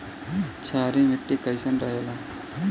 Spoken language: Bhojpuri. क्षारीय मिट्टी कईसन रहेला?